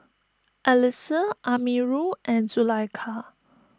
Alyssa Amirul and Zulaikha